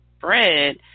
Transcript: bread